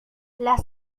las